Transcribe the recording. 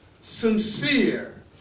sincere